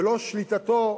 ולא שליטתו,